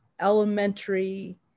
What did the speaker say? elementary